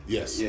Yes